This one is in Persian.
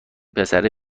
پسره